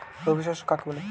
রবি শস্য কাকে বলে?